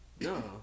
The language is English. No